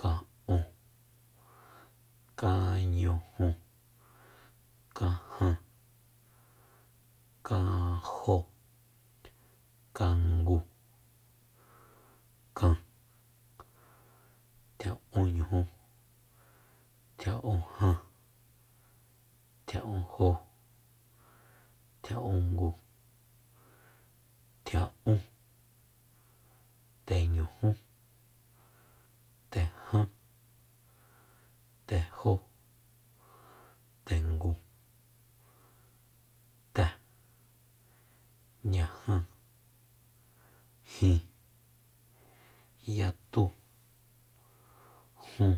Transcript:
ka'un kanñuju kanjan kanjo kangu kan tia'unñujú tjia'unjan tjia'unjó tjia'ungu tjia'ún teñujú tejan yejó tengu te ñaja jin yatu jun